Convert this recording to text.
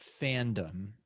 fandom